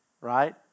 Right